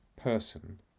person